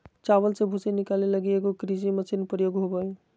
चावल से भूसी निकाले लगी एगो कृषि मशीन प्रयोग होबो हइ